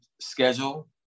schedule